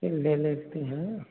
ले लेते हैं